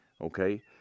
okay